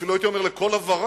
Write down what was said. אפילו הייתי אומר לכל הברה.